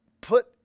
put